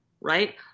right